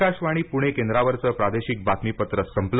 आकाशवाणी पुणे केंद्रावरचं प्रादेशिक बातमीपत्र संपलं